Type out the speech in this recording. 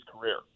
career